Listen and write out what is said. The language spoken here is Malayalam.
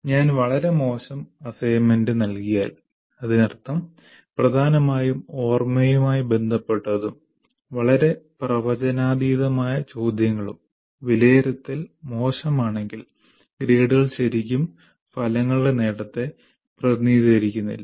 ഞാൻ വളരെ മോശം അസൈൻമെന്റ് നൽകിയാൽ അതിനർത്ഥം പ്രധാനമായും ഓർമ്മയുമായി ബന്ധപ്പെട്ടതും വളരെ പ്രവചനാതീതമായ ചോദ്യങ്ങളും വിലയിരുത്തൽ മോശമാണെങ്കിൽ ഗ്രേഡുകൾ ശരിക്കും ഫലങ്ങളുടെ നേട്ടത്തെ പ്രതിനിധീകരിക്കുന്നില്ല